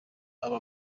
aba